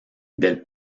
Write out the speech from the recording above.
del